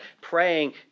praying